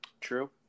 True